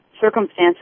circumstances